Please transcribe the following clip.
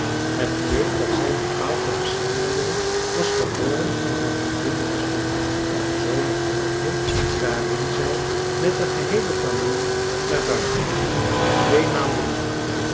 het bleek dat zij bepaald de beschermelinge was geworden van haar vriendinnetjes mama een zomer volgde waarin zij met de geheele familie naar buiten mocht twee maanden lang